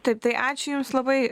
taip tai ačiū jums labai